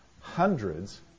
hundreds